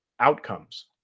outcomes